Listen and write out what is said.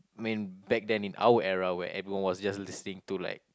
I mean back then in our era when everyone was just listening to like